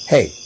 Hey